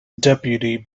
deputy